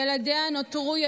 ילדיה נותרו יתומים.